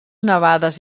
nevades